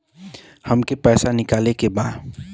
हमके पैसा निकाले के बा